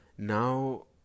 now